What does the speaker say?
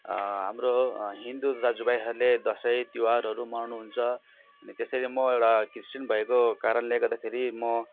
हाम्रो हिन्दू दाजुभाइहरूले दसैँ तिहारहरू मनाउनु हुन्छ अनि त्यसरी म एउटा क्रिस्चियन भएको कारणले गर्दाखेरि म